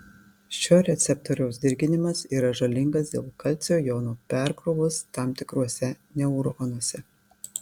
šio receptoriaus dirginimas yra žalingas dėl kalcio jonų perkrovos tam tikruose neuronuose